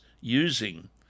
using